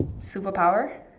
superpower